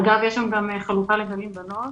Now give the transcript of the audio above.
אגב, יש לנו גם חלוקה לבנים ובנות.